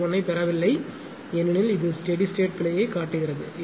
01 ஐ பெறவில்லை ஏனெனில் இது ஸ்டெடி ஸ்டேட் பிழையைக் காட்டுகிறது இது மைனஸ் 0